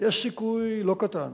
יש סיכוי לא קטן